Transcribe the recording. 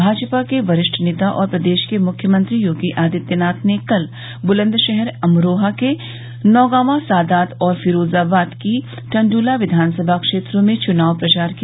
भाजपा के वरिष्ठ नेता और प्रदेश के मृख्यमंत्री योगी आदित्यनाथ ने कल ब्लंदशहर अमरोहा के नौगावां सादात और फिरोजाबाद की टूंडला विधानसभा क्षेत्रों में चुनाव प्रचार किया